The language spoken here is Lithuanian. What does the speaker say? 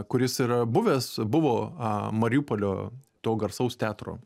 kuris yra buvęs buvo mariupolio to garsaus teatro